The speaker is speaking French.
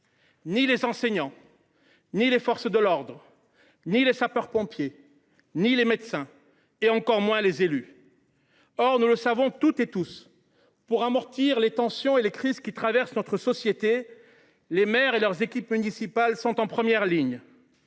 ni les enseignants, ni les forces de l’ordre, ni les sapeurs pompiers, ni les médecins, encore moins les élus. Or nous le savons toutes et tous : pour amortir les tensions et les crises qui traversent notre société, les maires et leurs équipes municipales sont en première ligne.